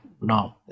No